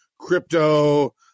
crypto